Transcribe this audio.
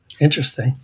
Interesting